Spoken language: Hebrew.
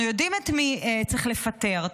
אנחנו יודעים את מי צריך לפטר.